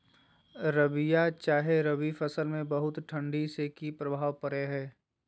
रबिया चाहे रवि फसल में बहुत ठंडी से की प्रभाव पड़ो है?